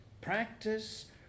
Practice